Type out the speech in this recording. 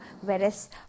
whereas